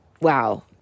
Wow